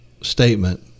statement